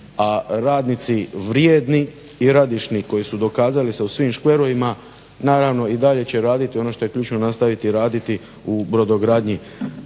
a radnici vrijedni i radišni koji su dokazali se u svim škverovima naravno i dalje će raditi ono što je ključno nastaviti raditi u brodogradnji,